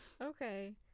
Okay